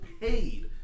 paid